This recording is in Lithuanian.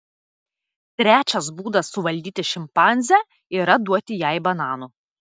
trečias būdas suvaldyti šimpanzę yra duoti jai bananų